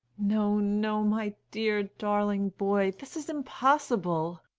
no, no, my dear, darling boy this is impossible!